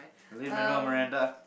Lin-Manuel-Miranda